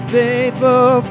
faithful